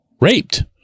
raped